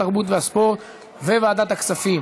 התרבות והספורט וועדת הכספים.